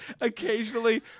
occasionally